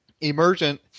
Emergent